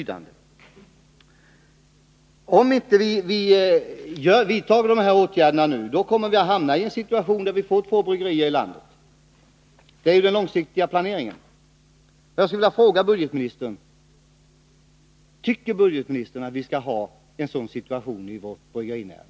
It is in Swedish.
Om vi inte vidtar några åtgärder nu, då kommer vi att hamna i en situation där vi får två bryggerier i landet — så är ju den långsiktiga planeringen. Jag skulle vilja fråga budgetministern: Tycker budgetministern att vi skall ha en sådan situation i vår bryggerinäring?